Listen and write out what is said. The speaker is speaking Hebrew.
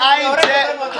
עוזר לנו --- חיים,